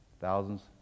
Thousands